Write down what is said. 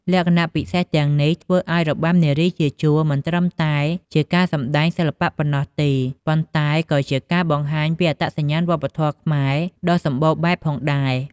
លក្ខណៈពិសេសទាំងនេះធ្វើឱ្យរបាំនារីជាជួរមិនត្រឹមតែជាការសម្តែងសិល្បៈប៉ុណ្ណោះទេ ប៉ុន្តែក៏ជាការបង្ហាញពីអត្តសញ្ញាណវប្បធម៌ខ្មែរដ៏សម្បូរបែបផងដែរ។